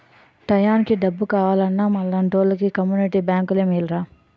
టయానికి డబ్బు కావాలన్నా మనలాంటోలికి కమ్మునిటీ బేంకులే మేలురా